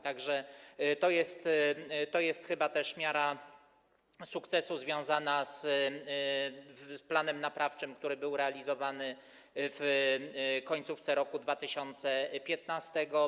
Tak że to jest chyba też miara sukcesu związanego z planem naprawczym, który był realizowany w końcówce roku 2015.